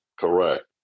Correct